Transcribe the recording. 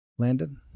Landon